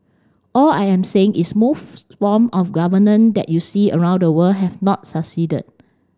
all I am saying is most form of governance that you see around the world have not succeeded